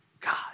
God